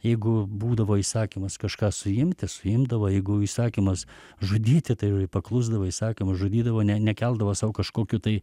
jeigu būdavo įsakymas kažką suimti suimdavo jeigu įsakymas žudyti tai paklusdavo įsakymui žudydavo ne nekeldavo sau kažkokių tai